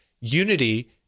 unity